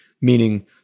meaning